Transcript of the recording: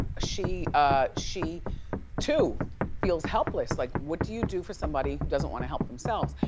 she ah she too feels helpless. like what do you do for somebody who doesn't want to help themselves?